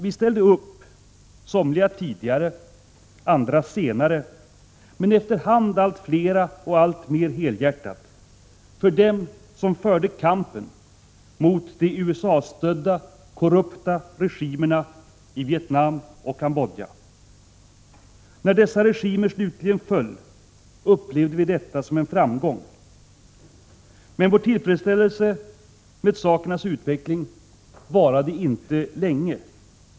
Vi ställde upp — somliga tidigare, andra senare, men efter hand allt flera och alltmer helhjärtat — för dem som förde kampen mot de USA-stödda korrupta regimerna i Vietnam och Cambodja. När dessa regimer slutligen föll upplevde vi detta som en framgång. Men vår tillfredsställelse med sakernas utveckling varade inte länge.